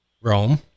Rome